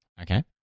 Okay